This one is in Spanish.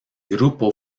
grupo